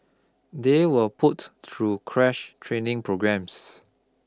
they were put through crash training programmes